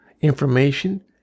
information